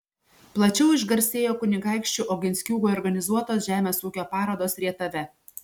plačiau išgarsėjo kunigaikščių oginskių organizuotos žemės ūkio parodos rietave